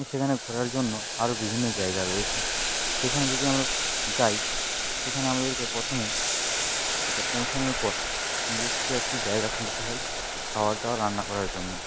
তো সেখানে ঘোরার জন্য আরো বিভিন্ন জায়গা রয়েছে সেখানে যদি আমরা যাই সেখানে আমাদেরকে প্রথমে যে পৌঁছানোর পর নিজস্ব একটি জায়গা খুঁজতে হয় খাওয়ার দাওয়ার রান্না করার জন্য